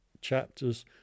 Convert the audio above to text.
chapters